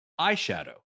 eyeshadow